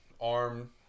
arm